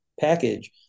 package